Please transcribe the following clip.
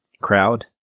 crowd